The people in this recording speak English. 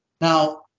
Now